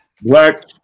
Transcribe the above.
black